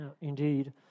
Indeed